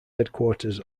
headquarters